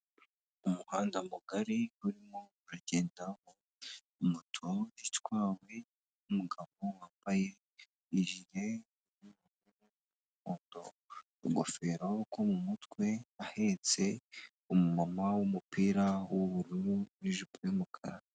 Umuhanda mugari urimo uragendamo moto itwawe n'umugabo wambaye ijire y'ubururu n'umuhondo, ingofero yo mu mutwe, ahetse umumama w'umupira w'ubururu n'ijipo y'umukara.